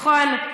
נכון.